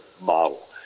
model